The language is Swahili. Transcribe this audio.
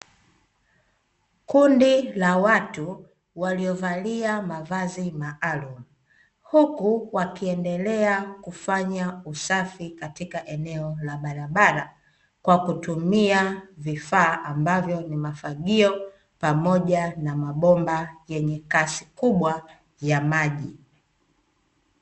Kundi la watu waliovalia mavazi maalumu, huku wakiendelea kufanya usafi katika eneo la barabara kwa kutumia vifaa ambavyo ni mafagio pamoja na mabomba yenye kasi kubwa ya maji.